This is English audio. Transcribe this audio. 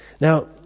Now